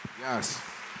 Yes